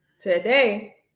Today